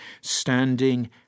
Standing